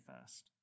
first